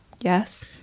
Yes